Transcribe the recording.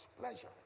Pleasure